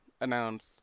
announce